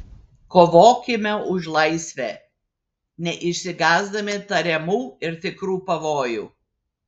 kovokime už laisvę neišsigąsdami tariamų ir tikrų pavojų